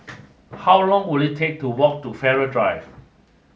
how long will it take to walk to Farrer Drive